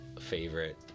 favorite